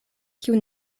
kiu